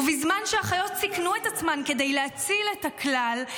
ובזמן שהחיות סיכנו את עצמן כדי להציל את הכלל,